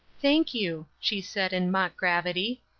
thank you, she said, in mock gravity.